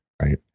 Right